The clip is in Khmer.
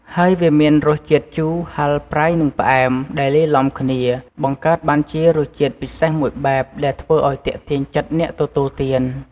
ហើយវាមានរសជាតិជូរ ហឹរ ប្រៃ និងផ្អែម ដែលលាយឡំគ្នា បង្កើតបានជារសជាតិពិសេសមួយបែប ដែលធ្វើឱ្យទាក់ទាញចិត្តអ្នកទទួលទាន។